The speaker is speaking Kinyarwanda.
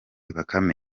bakame